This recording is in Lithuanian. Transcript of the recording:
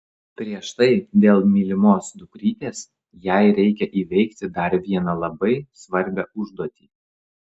prieš tai dėl mylimos dukrytės jai reikia įveikti dar vieną labai svarbią užduotį